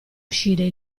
uscire